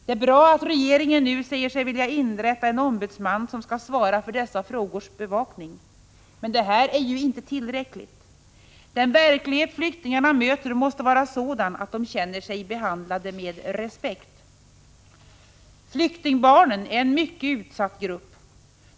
Det är bra att regeringen nu tillsätter en ombudsman som skall svara för dessa frågors bevakning. Men detta är ju inte tillräckligt. Den verklighet flyktingarna möter måste vara sådan att de känner sig behandlade med respekt. Flyktingbarnen är en mycket utsatt grupp.